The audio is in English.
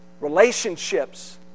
relationships